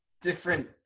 different